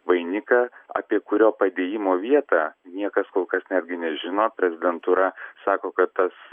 vainiką apie kurio padėjimo vietą niekas kol kas netgi nežino prezidentūra sako kad tas